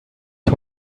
ich